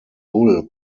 bull